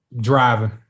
Driving